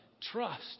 trust